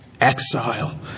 exile